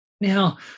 Now